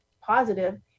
positive